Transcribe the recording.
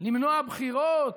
למנוע בחירות.